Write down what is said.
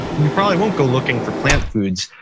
you probably won't go looking for plant foods.